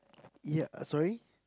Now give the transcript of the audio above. ya sorry